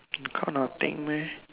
car nothing leh